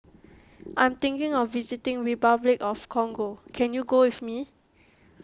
I'm thinking of visiting Republic of Congo can you go with me